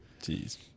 Jeez